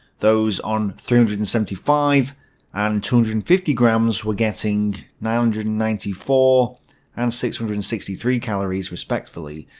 those on three hundred and seventy five and two hundred and fifty grams were getting nine hundred and ninety four and six hundred and sixty three calories respectfully,